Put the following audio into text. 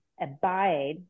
Abide